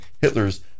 Hitler's